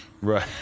Right